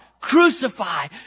crucify